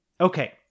Okay